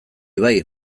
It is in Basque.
bai